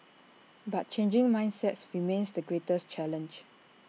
but changing mindsets remains the greatest challenge